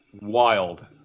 wild